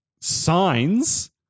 signs